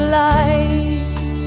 light